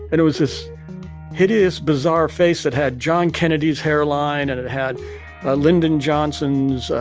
and it was this hideous, bizarre face that had john kennedy's hairline, and it had lyndon johnson's ah,